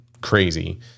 crazy